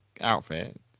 outfit